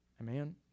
Amen